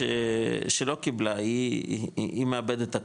שלא קיבלה היא מאבדת הכול,